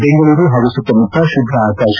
ಬೆಂಗಳೂರು ಹಾಗೂ ಸುತ್ತಮುತ್ತ ಶುಭ್ಧ ಆಕಾಶ